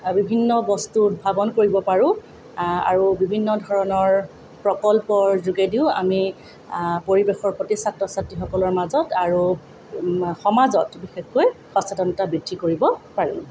বিভিন্ন বস্তুৰ উদ্ভাৱন কৰিব পাৰোঁ আৰু বিভিন্ন ধৰণৰ প্ৰকল্পৰ যোগেদিও আমি পৰিৱেশৰ প্ৰতি ছাত্ৰ ছাত্ৰীসকলৰ মাজত আৰু সমাজত বিশেষকৈ সচেতনতা বৃদ্ধি কৰিব পাৰোঁ